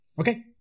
Okay